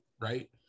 right